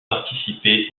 participé